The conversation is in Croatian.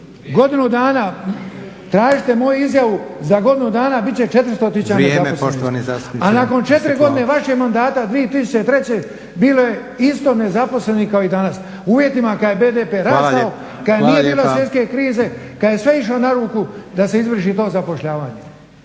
(HDZ)** Tražite moju izjavu za godinu dana, bit će 400 tisuća nezaposlenih, a nakon 4 godine vašeg mandata 2003. bilo je isto nezaposlenih kao i dana u uvjetima kada je BDP rasao, kad nije bilo svjetske krize, kada je sve išlo na ruku da se izvrši to zapošljavanje.